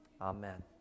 amen